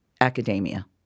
academia